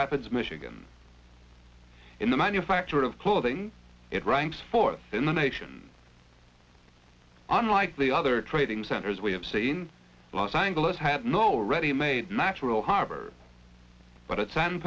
rapids michigan in the manufacture of clothing it ranks fourth in the nation unlike the other trading centers we have seen los angeles had no ready made natural harbor but at san